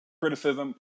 criticism